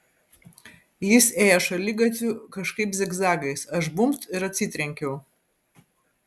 jis ėjo šaligatviu kažkaip zigzagais aš bumbt ir atsitrenkiau